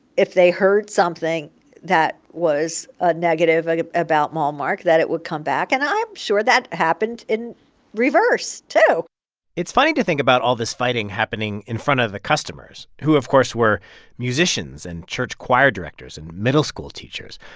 if they heard something that was ah negative ah about malmark that it would come back. and i'm sure that happened in reverse too it's funny to think about all this fighting happening in front of the customers, who, of course, were musicians and church choir directors and middle school teachers,